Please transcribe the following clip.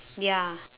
ya